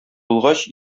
булгач